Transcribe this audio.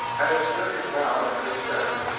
and it stood him now in good stead.